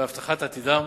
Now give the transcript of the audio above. ולהבטחת עתידם.